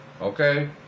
Okay